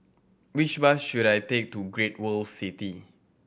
which bus should I take to Great World City